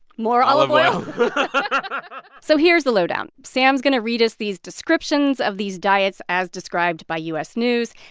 more. olive oil but so here's the lowdown. sam's going to read us these descriptions of these diets as described by u s. news.